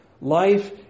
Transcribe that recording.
Life